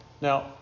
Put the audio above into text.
Now